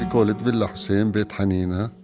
ah call it villa hussein, beit hanina,